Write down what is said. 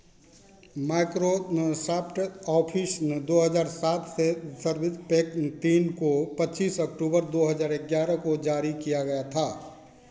micro soft office दो हज़ार सात से सर्विस पैक तीन को पच्चीस अक्टूबर दो हज़ार ग्यारह को जारी किया गया था